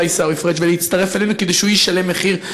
עיסאווי פריג' ולהצטרף אלינו כדי שהוא ישלם מחיר.